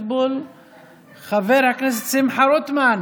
חבר הכנסת משה אבוטבול.